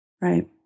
Right